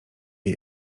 wie